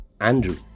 Andrew